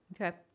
Okay